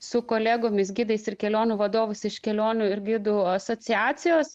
su kolegomis gidais ir kelionių vadovais iš kelionių ir gidų asociacijos